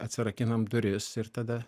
atsirakinam duris ir tada